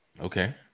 Okay